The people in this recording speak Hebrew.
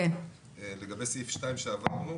לגבי סעיף 8(א)(2) שעברנו,